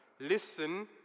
Listen